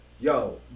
yo